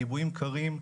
גיבויים קרים,